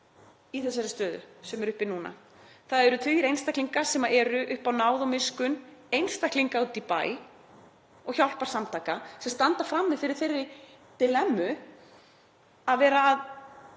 í þessari stöðu sem er uppi núna? Það eru tugir einstaklinga sem eru upp á náð og miskunn einstaklinga úti í bæ komnir og hjálparsamtaka sem standa frammi fyrir þeirri dílemmu að hjálpa